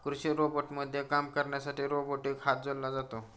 कृषी रोबोटमध्ये काम करण्यासाठी रोबोटिक हात जोडला जातो